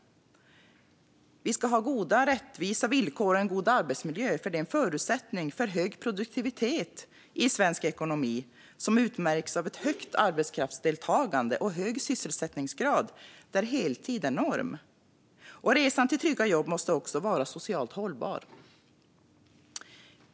Vi ska ha goda och rättvisa villkor och en god arbetsmiljö. Det en förutsättning för hög produktivitet i svensk ekonomi, som utmärks av ett högt arbetskraftsdeltagande och hög sysselsättningsgrad där heltid är norm. Resan till trygga jobb måste också vara socialt hållbar.